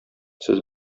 сез